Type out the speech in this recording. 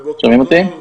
בוקר טוב.